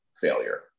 failure